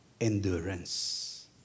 endurance